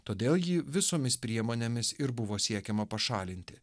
todėl jį visomis priemonėmis ir buvo siekiama pašalinti